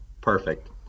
Perfect